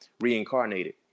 reincarnated